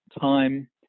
time